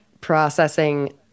processing